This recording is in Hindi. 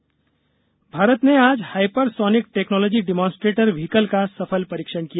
हाइपरसोनिक टेक्नोलॉजी भारत ने आज हाइपरसोनिक टेक्नोलॉजी डिमॉन्स्ट्रेटर व्हीकल का सफल परीक्षण किया